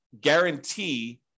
guarantee